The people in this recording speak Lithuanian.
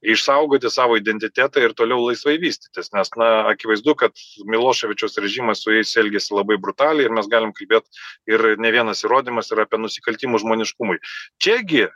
išsaugoti savo identitetą ir toliau laisvai vystytis nes akivaizdu kad miloševičiaus režimas su jais elgėsi labai brutaliai ir mes galim kalbėt ir ne vienas įrodymas yra apie nusikaltimus žmoniškumui čiagi